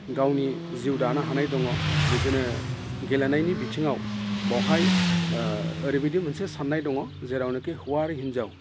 गावनि जिउ दानो हानाय दङ बिदिनो गेलेनायनि बिथिङाव बेवहाय ओरैबायदि मोनसे साननाय दङ जेरावनोखि हौवा आरो हिन्जाव